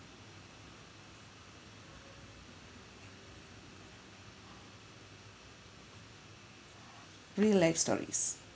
real life stories